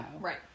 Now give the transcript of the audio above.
Right